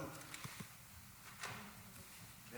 --- זה